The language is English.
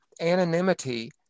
Anonymity